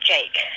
Jake